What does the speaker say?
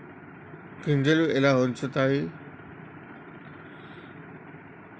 గింజలు ఎలా ఉంచుతారు?